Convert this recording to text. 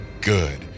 good